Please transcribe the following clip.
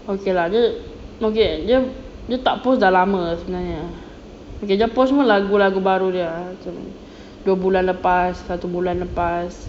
okay lah dia okay dia dia tak post dah lama sebenarnya okay dia post semua lagu-lagu baru dia macam dua bulan lepas satu bulan lepas